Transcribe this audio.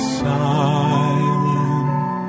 silent